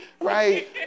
right